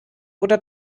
oder